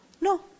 No